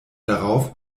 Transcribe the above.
darauf